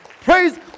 Praise